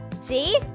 See